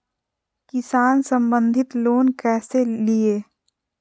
किसान संबंधित लोन कैसै लिये?